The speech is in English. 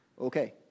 Okay